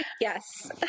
Yes